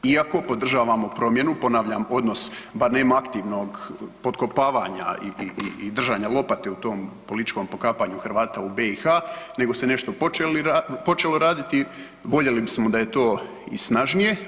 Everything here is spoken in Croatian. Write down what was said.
Iako podržavamo promjenu, ponavljam odnos, bar nema aktivnog potkopavanja i držanja lopate u tom političkom pokapanju Hrvata u BiH nego se nešto počelo raditi, voljeli bismo da je to i snažnije.